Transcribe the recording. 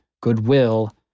goodwill